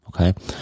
Okay